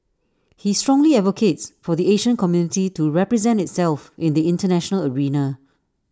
he strongly advocates for the Asian community to represent itself in the International arena